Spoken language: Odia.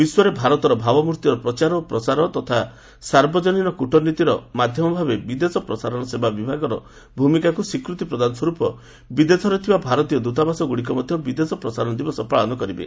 ବିଶ୍ୱରେ ଭାରତର ଭାବମୂର୍ତ୍ତିର ପ୍ରଚାର ଓ ପ୍ରସାରଣ ତଥା ସାର୍ବଜନୀନ କୂଟନୀତିର ମାଧ୍ୟମ ଭାବେ ବିଦେଶ ପ୍ରସାରଣ ସେବା ବିଭାଗର ଭୂମିକାକୁ ସ୍ୱୀକୃତି ପ୍ରଦାନସ୍ୱରୂପ ବିଦେଶରେ ଥିବା ଭାରତୀୟ ଦୃତାବାସଗୁଡ଼ିକ ମଧ୍ୟ ବିଦେଶ ପ୍ରସାରଣ ଦିବସ ପାଳନ କରିବେ